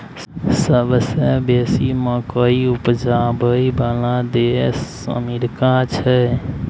सबसे बेसी मकइ उपजाबइ बला देश अमेरिका छै